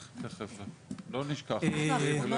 אם בעבר זה